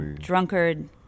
drunkard